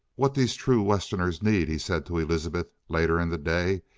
what these true westerners need, he said to elizabeth later in the day,